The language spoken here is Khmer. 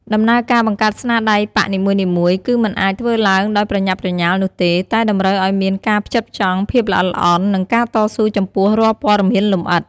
ដំណើរការបង្កើតស្នាដៃប៉ាក់នីមួយៗ គឺមិនអាចធ្វើឡើងដោយប្រញាប់ប្រញាល់នោះទេ តែតម្រូវឱ្យមានការផ្ចិតផ្ចង់ ភាពល្អិតល្អន់ និងការតស៊ូចំពោះរាល់ព័ត៌មានលម្អិត។